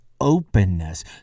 openness